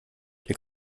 der